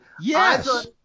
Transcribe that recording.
Yes